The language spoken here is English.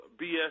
BS